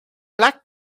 black